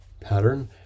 pattern